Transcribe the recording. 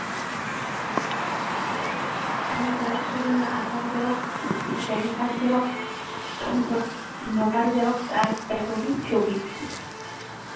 ᱦᱮᱸ ᱞᱟᱜᱟᱜ ᱛᱟᱵᱮᱱᱟ Aadhaar xerox PAN card xerox voter xerox ᱟᱨ ᱯᱮ ᱠᱚᱯᱤ ᱪᱷᱚᱵᱤ